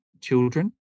children